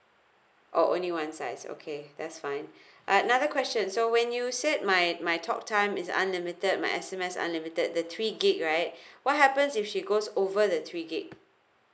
oh only one size okay that's fine uh another question so when you said my my talk time is unlimited my S_M_S unlimited the three gb right what happens if she goes over the three gb